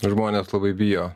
žmonės labai bijo